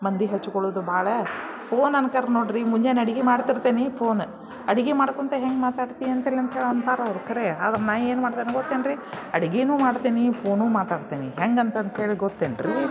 ಮಂದಿ ಹಚ್ಕೊಳ್ಳೋದು ಭಾಳ ಫೋನ್ ಅನ್ಕರ್ ನೋಡಿರಿ ಮುಂಜಾನೆ ಅಡುಗೆ ಮಾಡ್ತಿರ್ತೀನಿ ಫೋನ್ ಅಡಿಗೆ ಮಾಡ್ಕೊತ ಹೆಂಗೆ ಮಾತಾಡ್ತೀಯಾ ಅಂತಾರವರು ಖರೆ ಆದ್ರೆ ನಾ ಏನು ಮಾಡ್ತೇನೆ ಗೊತ್ತೇನು ರಿ ಅಡಿಗೆನೂ ಮಾಡ್ತೀನಿ ಫೋನೂ ಮಾತಾಡ್ತೀನಿ ಹೆಂಗೆ ಅಂತಂತ್ಹೇಳಿ ಗೊತ್ತೇನು ರಿ